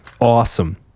Awesome